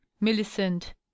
Millicent